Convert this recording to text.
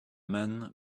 men